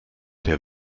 der